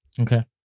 Okay